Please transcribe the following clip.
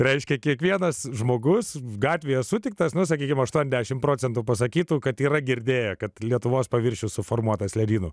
reiškia kiekvienas žmogus gatvėje sutiktas na sakykime aštuoniasdešimt procentų pasakytų kad yra girdėję kad lietuvos paviršius suformuotas ledynų